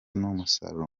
n’umusaruro